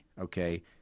Okay